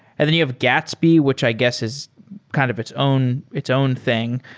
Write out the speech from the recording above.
and then you have gatsby, which i guess is kind of its own its own thing.